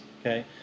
okay